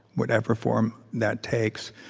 whatever form that takes.